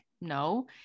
no